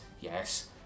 yes